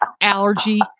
allergy